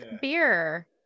beer